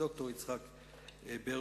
ד"ר יצחק ברלוביץ.